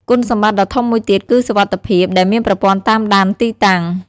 គុណសម្បត្តិដ៏ធំមួយទៀតគឺសុវត្ថិភាពដែលមានប្រព័ន្ធតាមដានទីតាំង។